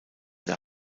der